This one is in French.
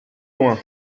loin